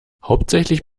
hauptsächlich